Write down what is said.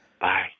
Bye